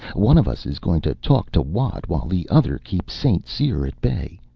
one of us is going to talk to watt while the other keeps st. cyr at bay.